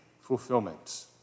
fulfillment